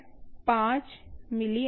5 milliampere